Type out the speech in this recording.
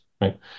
right